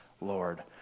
Lord